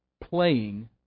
playing